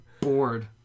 bored